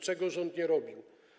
Czego rząd nie zrobił?